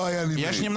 לא היו נמנעים.